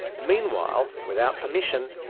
meanwhile, without permission,